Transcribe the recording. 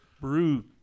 brew